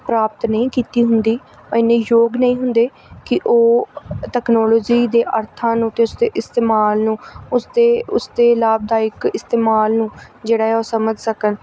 ਪ੍ਰਾਪਤ ਨਹੀਂ ਕੀਤੀ ਹੁੰਦੀ ਇੰਨੇ ਯੋਗ ਨਹੀਂ ਹੁੰਦੇ ਕਿ ਉਹ ਟੈਕਨੋਲੋਜੀ ਦੇ ਅਰਥਾਂ ਨੂੰ ਅਤੇ ਉਸਦੇ ਇਸਤੇਮਾਲ ਨੂੰ ਉਸਦੇ ਉਸਦੇ ਲਾਭਦਾਇਕ ਇਸਤੇਮਾਲ ਨੂੰ ਜਿਹੜਾ ਹੈ ਉਹ ਸਮਝ ਸਕਣ